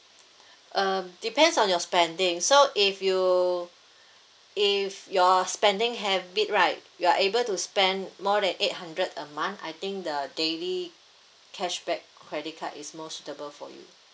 uh depends on your spending so if you if you're spending habit right you are able to spend more than eight hundred a month I think the daily cash back credit card is more suitable for you